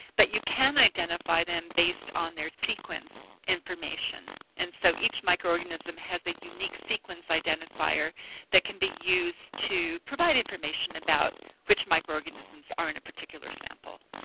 but you can identify them based on their sequence information. and so each microorganism has a unique sequence identifier that can be used to provide information about which microorganisms are in a particular sample.